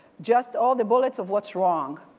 just all the bullets of what's wrong.